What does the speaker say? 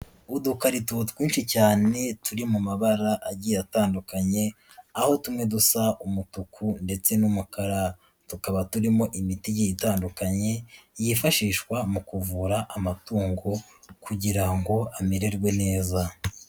Udukarito twinshi cyane turi mu mabara agiye atandukanye, aho tumwe dusa umutuku ndetse n'umukara, tukaba turimo imiti itandukanye yifashishwa mu kuvura amatungo kugira ngo amererwe neza.